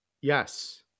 Yes